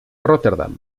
rotterdam